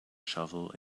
shovel